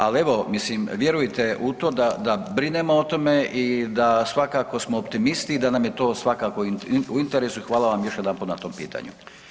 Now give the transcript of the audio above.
Al evo, mislim vjerujte u to da, da brinemo o tome i da svakako smo optimisti i da nam je to svakako u interesu i hvala vam još jedanput na tom pitanju.